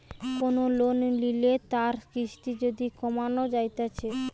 কোন লোন লিলে তার কিস্তি যদি কমানো যাইতেছে